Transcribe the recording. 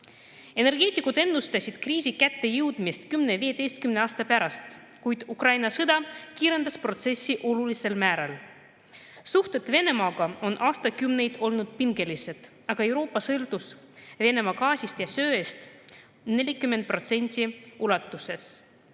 Energeetikud ennustasid kriisi kättejõudmist 10–15 aasta pärast, kuid Ukraina sõda on protsessi olulisel määral kiirendanud. Suhted Venemaaga on aastakümneid olnud pingelised, aga Euroopa sõltus Venemaa gaasist ja söest 40% ulatuses. Eesti